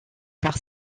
par